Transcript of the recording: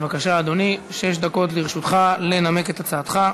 בבקשה, אדוני, שש דקות לרשותך לנמק את הצעתך.